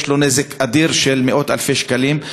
יש לו נזק אדיר של מאות-אלפי שקלים.